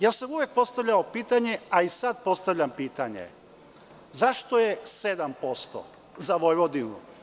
Uvek sam postavljao pitanje, a i sada postavljam pitanje – zašto je 7% za Vojvodinu?